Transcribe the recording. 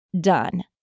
done